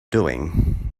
doing